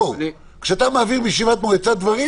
כשאתה מעביר בישיבת מועצה דברים,